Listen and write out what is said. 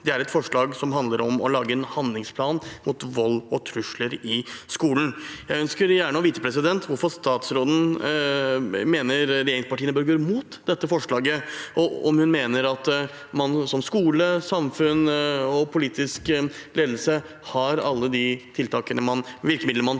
Det er et forslag som handler om å lage en handlingsplan mot vold og trusler i skolen. Jeg ønsker gjerne å vite hvorfor statsråden mener regjeringspartiene bør gå imot dette for slaget, og om hun mener at man som skole, samfunn og politisk ledelse har alle de virkemidlene man